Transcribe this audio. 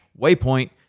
waypoint